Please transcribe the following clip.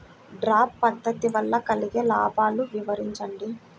Drip పద్దతి వల్ల కలిగే లాభాలు వివరించండి?